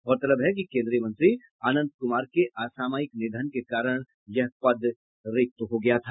गौरतलब है कि केंद्रीय मंत्री अनंत कुमार के आसामयिक निधन के कारण यह पद रिक्त हो गया था